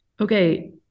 okay